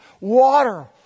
water